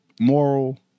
moral